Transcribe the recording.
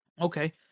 Okay